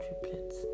triplets